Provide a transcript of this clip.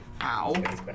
Ow